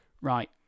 Right